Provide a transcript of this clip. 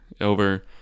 over